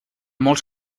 molts